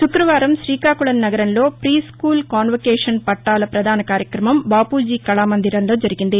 శుక్రవారం శ్రీకాకుళం నగరంలో tree school convocation పట్టాల పదాన కార్యక్రమం బాపూజీ కళామందిర్లో జరిగింది